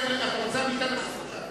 אתן לך זכות להגיב.